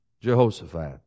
Jehoshaphat